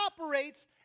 operates